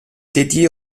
dédiée